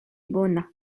bona